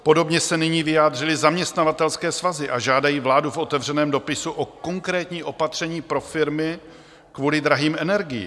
Podobně se nyní vyjádřily zaměstnavatelské svazy a žádají vládu v otevřeném dopisu o konkrétní opatření pro firmy kvůli drahým energiím.